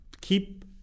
keep